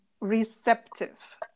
receptive